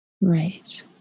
Right